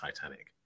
Titanic